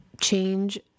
change